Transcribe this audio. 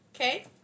Okay